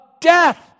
death